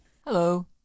Hello